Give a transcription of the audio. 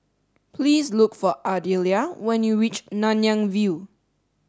please look for Ardelia when you reach Nanyang View